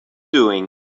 doing